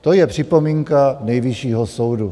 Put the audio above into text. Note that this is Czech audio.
To je připomínka Nejvyššího soudu.